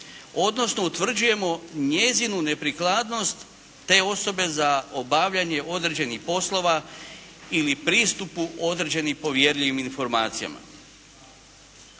odnosno utvrđujemo njezinu neprikladnost te osobe za obavljanje određenih poslova ili pristupu određenih povjerljivim informacijama.